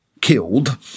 killed